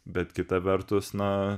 bet kita vertus na